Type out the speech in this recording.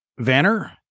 Vanner